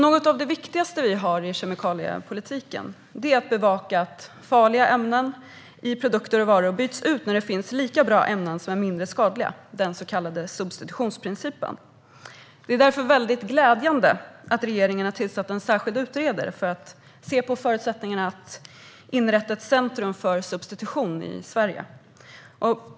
Något av det viktigaste som vi har i kemikaliepolitiken är att bevaka att farliga ämnen i produkter och varor byts ut när det finns lika bra ämnen som är mindre skadliga, den så kallade substitutionsprincipen. Det är därför väldigt glädjande att regeringen har tillsatt en särskild utredare som ska se på förutsättningarna för att inrätta ett centrum för substitution i Sverige.